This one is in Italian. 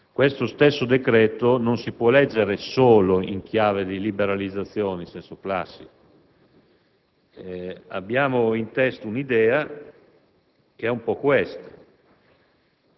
Questo stesso provvedimento non si può leggere solo in chiave di liberalizzazioni in senso classico. Abbiamo in testa un'idea, che è un po' la